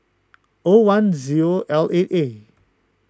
O one zero L eight eight